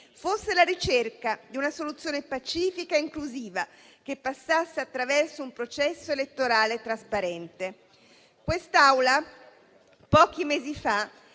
fosse la ricerca di una soluzione pacifica e inclusiva che passasse attraverso un processo elettorale trasparente. Questa Assemblea pochi mesi fa